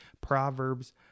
Proverbs